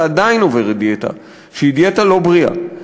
ועדיין עוברת דיאטה שהיא דיאטה לא בריאה.